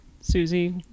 susie